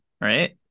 right